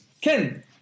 Ken